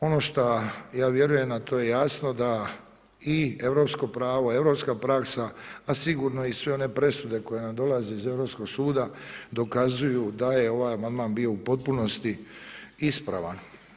Ono šta ja vjerujem, a to je jasno da i europska pravo, europska praksa, a sigurno i sve one presude koje nam dolaze iz Europskog suda dokazuju da je ovaj amandman bio u potpunosti ispravan.